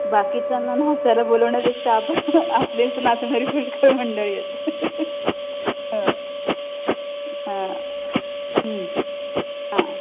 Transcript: बाकीच्यांना नाचायला बोलवण्यापेक्षा आपण आपलेच नाचणारी पुष्कळ मंडळी आहेत हो हां हां